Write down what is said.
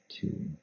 two